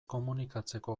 komunikatzeko